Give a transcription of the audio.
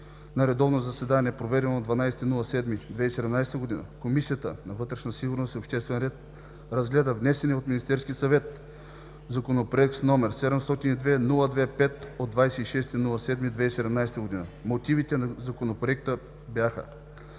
На редовно заседание, проведено на 12 юли 2017 г., Комисията по вътрешна сигурност и обществен ред разгледа внесения от Министерския съвет Законопроект № 702-02-5 от 26 юни 2017 г. Мотивите на Законопроекта бяха